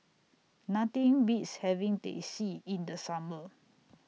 Nothing Beats having Teh C in The Summer